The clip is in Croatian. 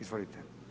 Izvolite.